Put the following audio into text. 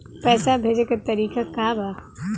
पैसा भेजे के तरीका का बा?